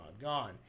gone